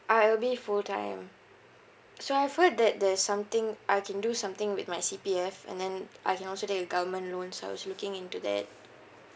uh it'll be full time so I've heard that there's something I can do something with my C_P_F and then I can also take a government loan so I was looking into that